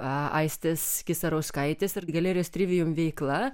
aistės kisarauskaitės ir galerijos trivium veikla